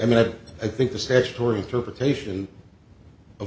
i mean it i think the statutory interpretation of